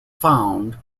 found